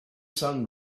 sun